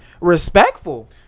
respectful